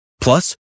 Plus